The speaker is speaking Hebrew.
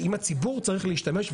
האם הציבור צריך להשתמש.